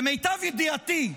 למיטב ידיעתי,